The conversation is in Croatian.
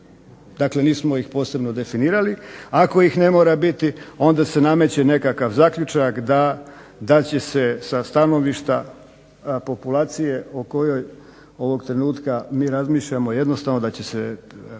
biti, nismo ih posebno definirali. Ako ih ne mora biti onda se nameće nekakav zaključak da će se sa stanovišta populacije o kojoj ovog trenutka mi razmišljamo, jednostavno da će se